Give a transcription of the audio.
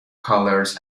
colors